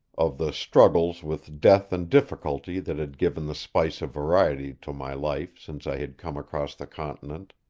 of the struggles with death and difficulty that had given the spice of variety to my life since i had come across the continent.